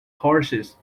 courses